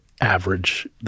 average –